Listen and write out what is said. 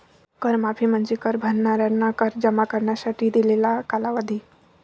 कर माफी म्हणजे कर भरणाऱ्यांना कर जमा करण्यासाठी दिलेला कालावधी